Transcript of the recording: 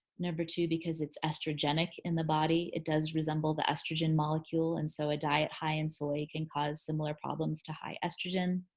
number two, because it's estrogenic in the body. it does resemble the estrogen molecule molecule and so a diet high in soy can cause similar problems to high estrogen.